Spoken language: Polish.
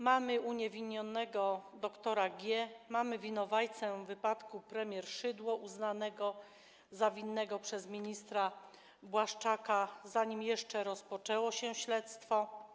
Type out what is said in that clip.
Mamy uniewinnionego doktora G., mamy winowajcę wypadku premier Szydło uznanego za winnego przez ministra Błaszczaka, zanim jeszcze rozpoczęło się śledztwo.